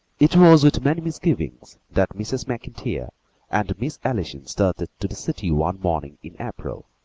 it was with many misgivings that mrs. macintyre and miss allison started to the city one morning in april.